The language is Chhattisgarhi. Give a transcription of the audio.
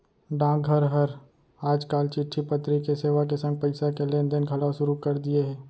डाकघर हर आज काल चिट्टी पतरी के सेवा के संग पइसा के लेन देन घलौ सुरू कर दिये हे